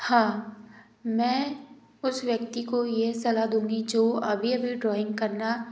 हाँ मैं उस व्यक्ति को ये सलाह दूंगी जो अभी अभी ड्राॅइंग करना